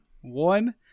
one